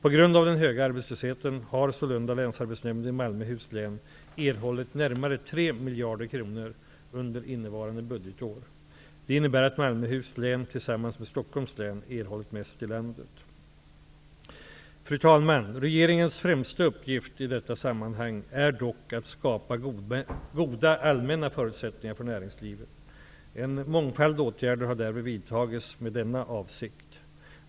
På grund av den höga arbetslösheten har sålunda länsarbetsnämnden i Malmöhus län erhållit närmare 3 miljarder kronor under innevarande budgetår. Det innebär att Malmöhus län tillsammans med Stockholms län erhållit mest i landet. Fru talman! Regeringens främsta uppgift i detta sammanhang är dock att skapa goda allmänna förutsättningar för näringslivet. En mångfald åtgärder har därför vidtagits med denna avsikt.